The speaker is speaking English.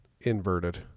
inverted